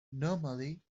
normally